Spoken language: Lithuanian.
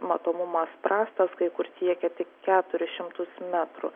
matomumas prastas kai kur siekia tik keturis šimtus metrų